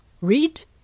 read